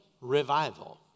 revival